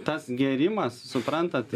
tas gėrimas suprantat